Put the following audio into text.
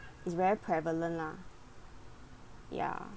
it's very prevalent lah ya